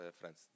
friends